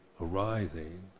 arising